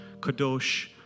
kadosh